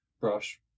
brush